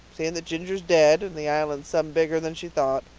seeing that ginger's dead and the island's some bigger than she thought.